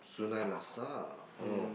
Soon Lai Laksa oh